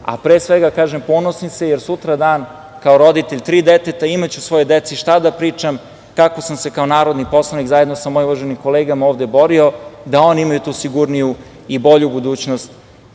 a pre svega, kažem ponosim se, jer sutradan kao roditelj tri deteta imaću svojoj deci šta da pričam, kako sam se kao narodni poslanik zajedno sa mojim uvaženim kolegama ovde borio da oni imaju tu sigurniju i bolju budućnost